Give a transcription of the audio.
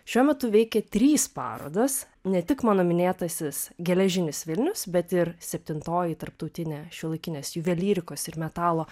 šiuo metu veikia trys parodos ne tik mano minėtasis geležinis vilnius bet ir septintoji tarptautinė šiuolaikinės juvelyrikos ir metalo